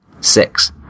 Six